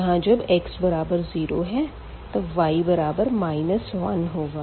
यहाँ जब x बराबर 0 है तब y बराबर 1 होगा